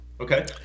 Okay